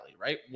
right